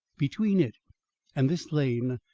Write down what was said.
between it and this lane,